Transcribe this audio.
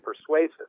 persuasive